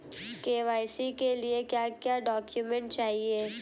KYC के लिए क्या क्या डॉक्यूमेंट चाहिए?